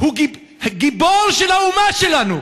גיבור של האומה שלנו.